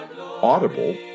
Audible